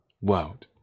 world